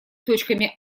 точками